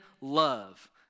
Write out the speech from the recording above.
love